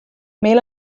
meil